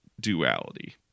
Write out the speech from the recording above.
Duality